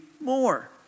more